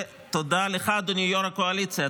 ותודה לך, אדוני יו"ר הקואליציה.